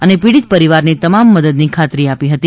અને પીડીત પરિવારને તમામ મદદની ખાત્રી આપી હતી